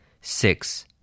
Six